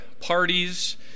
parties